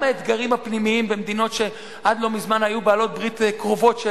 גם האתגרים הפנימיים במדינות שעד לא מזמן היו בעלות ברית קרובות שלנו,